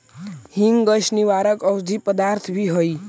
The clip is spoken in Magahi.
हींग गैस निवारक औषधि पदार्थ भी हई